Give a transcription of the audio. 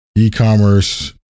E-commerce